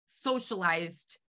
socialized